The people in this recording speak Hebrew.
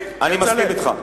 אני מסכים אתך.